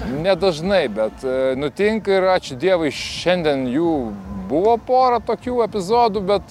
ne dažnai bet nutinka ir ačiū dievui šiandien jų buvo pora tokių epizodų bet